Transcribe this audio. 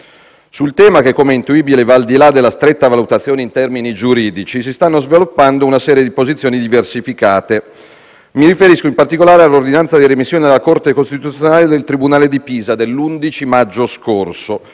Sul tema, che, come intuibile, va al di là della stretta valutazione in termini giuridici, si stanno sviluppando posizioni diversificate: mi riferisco, in particolare, all'ordinanza di rimessione alla Corte costituzionale del tribunale di Pisa dell'11 maggio scorso,